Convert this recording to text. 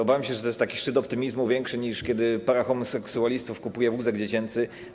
Obawiam się, że to jest szczyt optymizmu większy, niż kiedy para homoseksualistów kupuje wózek dziecięcy.